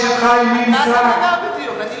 "אשת חיל מי ימצא" על מה בדיוק אתה מדבר?